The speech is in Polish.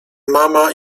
mama